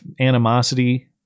animosity